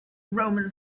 roman